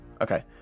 Okay